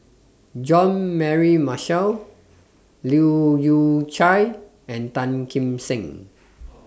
Jean Mary Marshall Leu Yew Chye and Tan Kim Seng